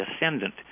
ascendant